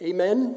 Amen